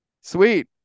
Sweet